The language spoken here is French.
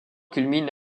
culmine